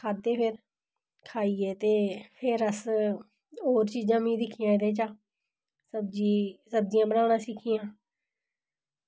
खाद्धे फिर खाइयै ते फिर अस होर चीजां में दिक्खियां एह्दे चा सब्जी सब्जियां बनाना सिक्खियां